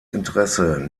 interesse